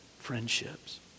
friendships